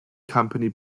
company